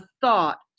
thought